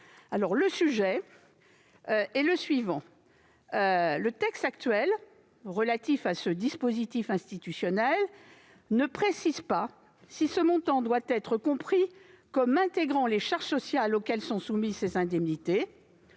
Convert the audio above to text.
Toutefois, le texte actuel relatif à ce dispositif institutionnel ne précise pas si ce montant doit être compris comme intégrant les charges sociales auxquelles sont soumises ces indemnités